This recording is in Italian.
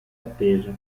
attese